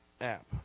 app